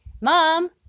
mom